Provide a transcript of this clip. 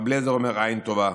רבי אליעזר אומר: עין טובה.